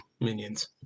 minions